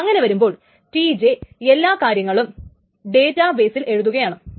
അങ്ങനെ വരുമ്പോൾ Tj എല്ലാ കാര്യങ്ങളും ഡേറ്റ ബെയിസിൽ എഴുതുകയാണ്